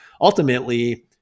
ultimately